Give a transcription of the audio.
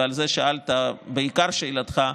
ועל זה שאלת בעיקר שאלתך,